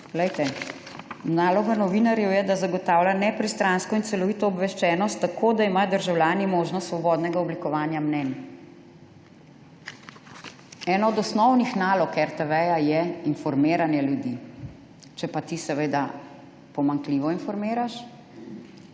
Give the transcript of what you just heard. Glejte, naloga novinarjev je, da zagotavljajo nepristransko in celovito obveščenost tako, da imajo državljani možnost svobodnega oblikovanja mnenj. Ena od osnovnih nalog RTV je informiranje ljudi. Če pa ti seveda pomanjkljivo informiraš,